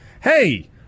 Hey